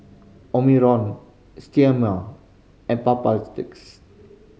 Omron Sterimar and